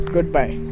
Goodbye